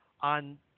on